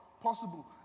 Possible